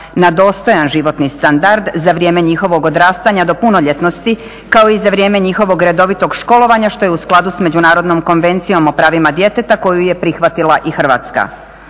na dostojan životni standard za vrijeme njihovog odrastanja do punoljetnosti, kao i za vrijeme njihovog redovitog školovanja što je u skladu s međunarodnom konvencijom o pravima djeteta koju je prihvatila i Hrvatska.